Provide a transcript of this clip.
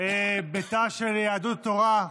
בתא של יהדות התורה,